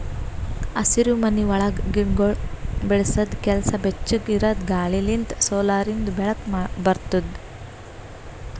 ಹಸಿರುಮನಿ ಒಳಗ್ ಗಿಡಗೊಳ್ ಬೆಳಸದ್ ಕೆಲಸ ಬೆಚ್ಚುಗ್ ಇರದ್ ಗಾಳಿ ಲಿಂತ್ ಸೋಲಾರಿಂದು ಬೆಳಕ ಬರ್ತುದ